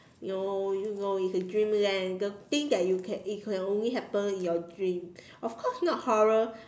you know you know it's a dreamland the thing that you can it can only happen in your dream of course not horror